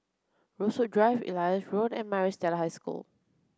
Rosewood Drive Elias Road and Maris Stella High School